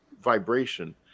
vibration